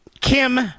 Kim